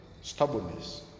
stubbornness